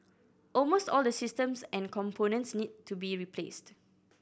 almost all the systems and components need to be replaced